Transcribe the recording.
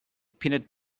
peanut